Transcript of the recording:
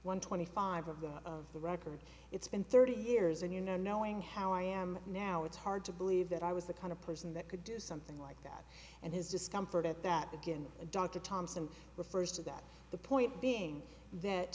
one twenty five of the of the record it's been thirty years and you know knowing how i am now it's hard to believe that i was the kind of person that could do something like that and his discomfort at that again dr thompson refers to that the point being that